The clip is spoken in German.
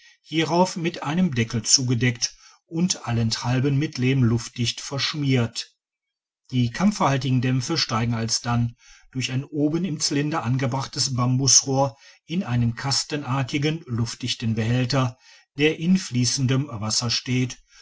hierauf mit einem deckel zugedeckt und allenthalben mit lehm luftdicht verschmiert die kampferhaltigen dämpfe steigen alsdann durch ein oben im cylinder angebrachtes bambusrohr in einen kastenartigen luftdichten behälter der in fliessendem wasser steht